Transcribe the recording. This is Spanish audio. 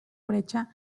brecha